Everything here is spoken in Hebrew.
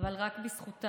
אבל רק בזכותה,